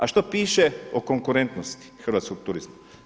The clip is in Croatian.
A što piše o konkurentnosti hrvatskog turizma?